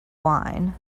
wine